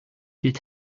hielt